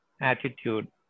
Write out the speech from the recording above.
attitude